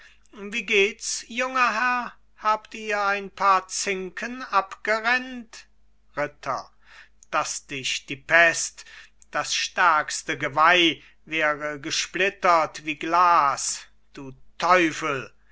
wie geht's junger herr habt ihr ein paar zinken abgerennt ritter daß dich die pest das stärkste geweih wäre gesplittert wie glas du teufel